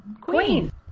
Queen